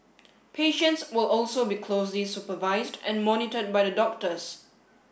patients will also be closely supervised and monitored by the doctors